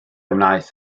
wnaeth